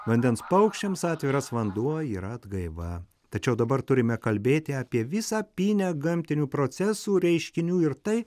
vandens paukščiams atviras vanduo yra atgaiva tačiau dabar turime kalbėti apie visą pynę gamtinių procesų reiškinių ir tai